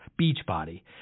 Beachbody